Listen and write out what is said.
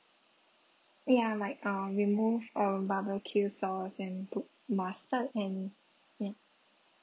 ya like uh remove um barbecue sauce and put mustard in ya